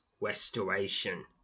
Restoration